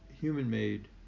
human-made